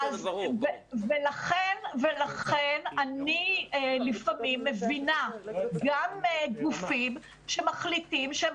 ולכן אני לפעמים מבינה גם גופים שמחליטים שהם